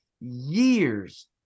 years